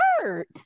hurt